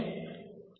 તે આના જેવું હશે